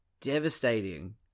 devastating